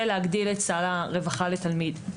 של להגדיל את סל הרווחה לתלמיד.